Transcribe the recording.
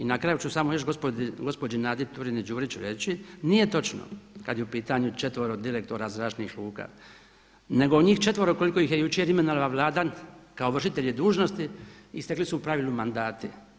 I na kraju ću još samo gospođi Nadi Turini Đurić reći, nije točno kada je u pitanju četvero direktora zračnih luka nego njih četvero koliko ih je jučer imenovala Vlada kao vršitelje dužnosti istekli su u pravu mandati.